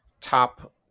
top